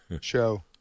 show